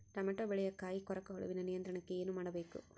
Tomato ಬೆಳೆಯ ಕಾಯಿ ಕೊರಕ ಹುಳುವಿನ ನಿಯಂತ್ರಣಕ್ಕೆ ಏನು ಮಾಡಬೇಕು?